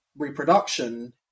reproduction